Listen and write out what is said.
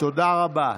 תודה רבה.